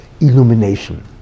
illumination